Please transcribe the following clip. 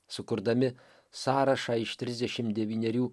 sukurdami sąrašą iš trisdešim devynerių